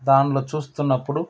దానిలో చూస్తున్నపుడు